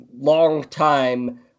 longtime